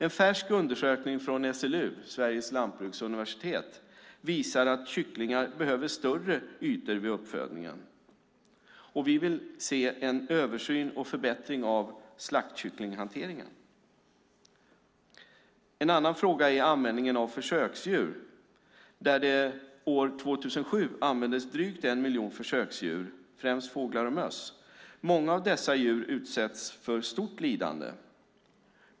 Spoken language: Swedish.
En färsk undersökning från SLU, Sveriges lantbruksuniversitet, visar att kycklingar behöver större ytor vid uppfödningen. Vi vill se en översyn och förbättring av slaktkycklingshanteringen. En annan fråga är användningen av försöksdjur, där det år 2007 användes drygt en miljon försöksdjur, främst fåglar och möss. Många av dessa djur utsätts för stort lidande.